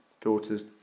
daughter's